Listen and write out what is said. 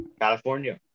California